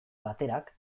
baterak